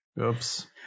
oops